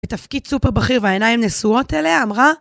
בתפקיד סופר בכיר והעיניים נשואות אליה, אמרה